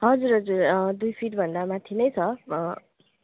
हजुर हजुर अँ दुई फिटभन्दा माथि नै छ